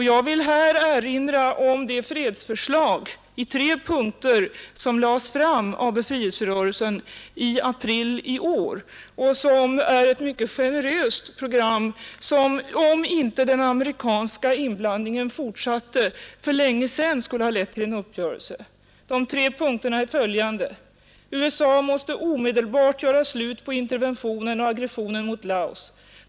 Jag vill erinra om det fredsförslag i tre punkter som lades fram av befrielserörelsen i april i år och som är ett mycket generöst program vilket om inte den amerikanska inblandningen fortsatte för länge sedan skulle ha lett till en uppgörelse. USA måste omedelbart göra slut på interventionen och aggressionen mot Laos.